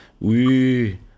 Oui